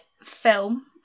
film